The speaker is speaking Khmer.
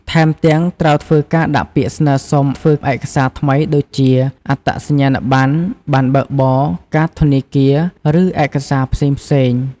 ថែមទាំង ត្រូវធ្វើការដាក់ពាក្យស្នើសុំធ្វើឯកសារថ្មីដូចជា អត្តសញ្ញាណប័ណ្ណ ប័ណ្ណបើកបរ កាតធនាគារ ឬឯកសារផ្សេងៗ។